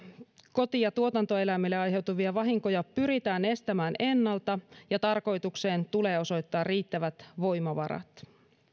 koti ja tuotantoeläimille aiheutuvia vahinkoja pyritään estämään ennalta ja tarkoitukseen tulee osoittaa riittävät voimavarat